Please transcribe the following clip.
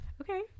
okay